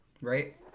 Right